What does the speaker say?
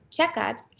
checkups